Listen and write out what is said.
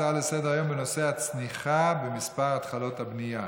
הצעות לסדר-יום בנושא: הצניחה במספר התחלות הבנייה,